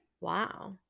Wow